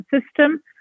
system